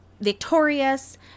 victorious